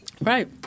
Right